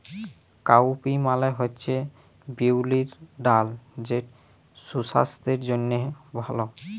cowpea মালে হছে বিউলির ডাল যেট সুসাস্থের জ্যনহে ভাল